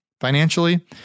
financially